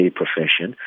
profession